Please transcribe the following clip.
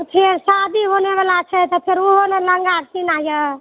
फेर शादी होनेवला छै तऽ फेर ओहो लए लहँगा सीना यऽ